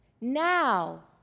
Now